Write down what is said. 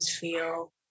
feel